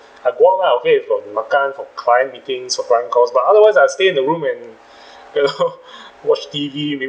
I go out lah okay is for makan for client meetings for client calls but otherwise I'll stay in the room and you know watch T_V